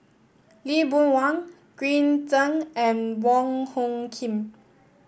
Lee Boon Wang Green Zeng and Wong Hung Khim